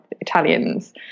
Italians